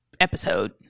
episode